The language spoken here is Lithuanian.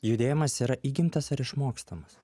judėjimas yra įgimtas ar išmokstamas